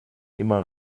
immer